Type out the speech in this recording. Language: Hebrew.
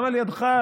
גם על ידיך,